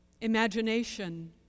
Imagination